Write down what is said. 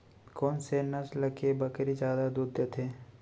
कोन से नस्ल के बकरी जादा दूध देथे